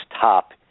top